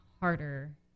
harder